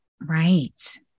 Right